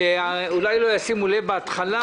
שאולי לא ישימו לב בהתחלה,